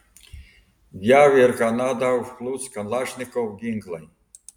jav ir kanadą užplūs kalašnikov ginklai